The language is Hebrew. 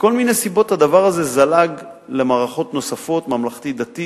מכל מיני סיבות הדבר הזה זלג למערכות נוספות: ממלכתית-דתית,